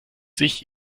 sich